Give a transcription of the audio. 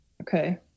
Okay